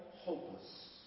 hopeless